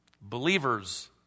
Believers